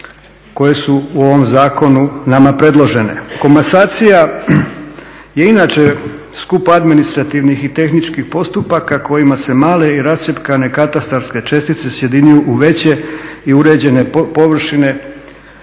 koje su u ovom zakonu nama predložene. Komasacija je inače skup administrativnih i tehničkih postupaka kojima se male i rascjepkane katastarske čestice sjedinjuju u veće i uređene površine,